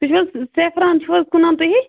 تُہۍ چھُو حظ سیفران چھُو حظ کٕنان تُہی